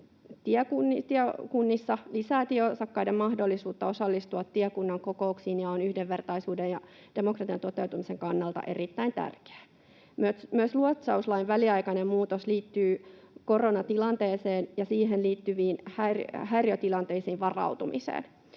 tiekunnissa lisää tieosakkaiden mahdollisuutta osallistua tiekunnan kokouksiin ja on yhdenvertaisuuden ja demokratian toteutumisen kannalta erittäin tärkeää. Myös luotsauslain väliaikainen muutos liittyy koronatilanteeseen ja siihen liittyviin häiriötilanteisiin varautumiseen.